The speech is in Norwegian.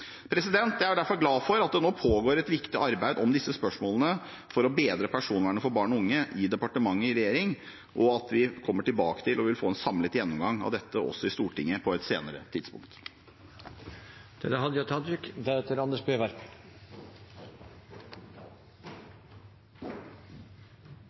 Jeg er derfor glad for at det nå pågår et viktig arbeid om disse spørsmålene for å bedre personvernet for barn og unge i departementet og i regjeringen, og at vi kommer tilbake til dette og vil få en samlet gjennomgang i Stortinget på et senere tidspunkt. Først til Dokument 8:94. Ideelt sett ville Arbeidarpartiet ønskt at det